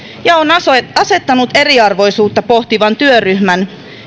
ja on asettanut asettanut eriarvoisuutta pohtivan työryhmän